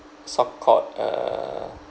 so-called err